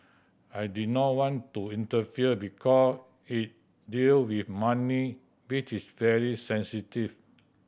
I did not want to interfere because it dealt with money which is very sensitive